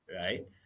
Right